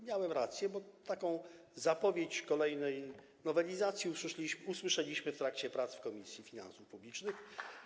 Miałem rację, bo taką zapowiedź kolejnej nowelizacji usłyszeliśmy w trakcie prac w Komisji Finansów Publicznych.